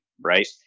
right